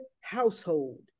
household